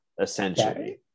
essentially